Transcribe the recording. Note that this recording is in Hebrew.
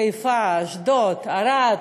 חיפה, אשדוד, ערד,